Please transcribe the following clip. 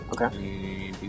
okay